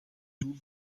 doel